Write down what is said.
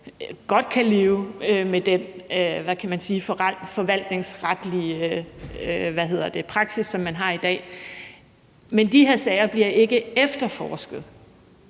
man godt kan leve med den forvaltningsretlige praksis, som man har i dag. Men de her sager bliver ikke efterforsket,